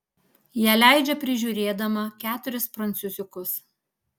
ją leidžia prižiūrėdama keturis prancūziukus